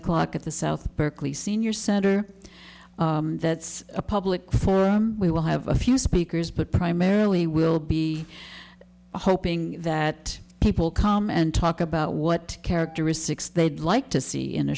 o'clock at the site berkeley senior center that's a public forum we will have a few speakers but primarily will be hoping that people come and talk about what characteristics they'd like to see in a